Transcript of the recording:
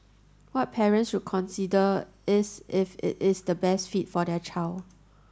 what parents should consider is if it is the best fit for their child